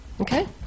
okay